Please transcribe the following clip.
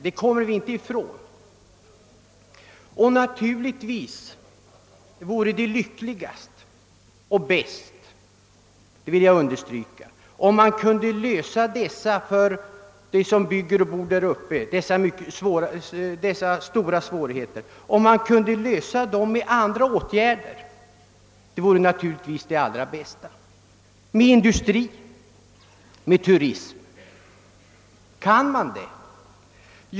Jag vill understryka att det naturligtvis vore lyckligast och bäst — för dem som bygger och bor i övre Norrland — om man kunde komma till rätta med problemen genom andra åtgärder, t.ex. industri eller turism. Men kan man det?